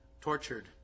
tortured